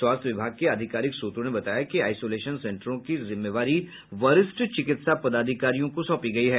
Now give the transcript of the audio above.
स्वास्थ्य विभाग के आधिकारिक सूत्रो ने बताया कि आईसोलेशन सेन्टरों की जिम्मेवारी वरिष्ठ चिकित्सा पदाधिकारियों को सौंपी गयी है